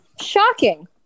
Shocking